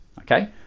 okay